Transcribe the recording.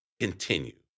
continue